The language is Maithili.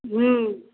हम्म